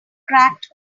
cracked